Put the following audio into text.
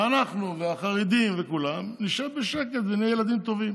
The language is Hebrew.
ואנחנו והחרדים וכולם נשב בשקט ונהיה ילדים טובים.